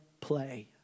play